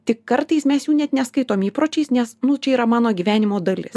tik kartais mes jų net neskaitom įpročiais nes nu čia yra mano gyvenimo dalis